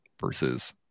versus